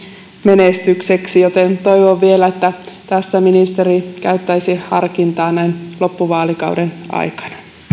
menestykseksi joten toivon että tässä ministeri vielä käyttäisi harkintaa näin loppuvaalikauden aikana